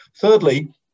thirdly